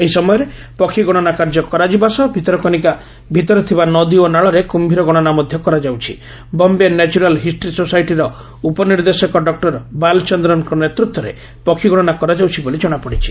ଏହି ସମୟରେ ପକ୍ଷୀଗଣନା କାର୍ଯ୍ୟ କରାଯିବା ସହ ଭିତରକନିକା ଭିତରେ ଥିବା ନଦୀ ଓ ନାଳରେ କୁମ୍ଠୀର ଗଶନା ମଧ୍ଧ କରାଯାଉଛି ବମ୍ଧ ନ୍ୟାଚୁରାଲ୍ ହିଷ୍ଟି ସୋସାଇଟିର ଉପନିର୍ଦ୍ଦେଶକ ଡକ୍ଟର ବାଲଚନ୍ଦ୍ରନ୍ଙ ନେତୂତ୍ୱରେ ପକ୍ଷୀ ଗଶନା କରାଯାଉଛି ବୋଲି ଜଣାପଡ଼ିଛି